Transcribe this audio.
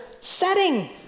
setting